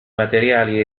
materiali